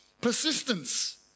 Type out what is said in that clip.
persistence